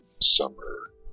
summer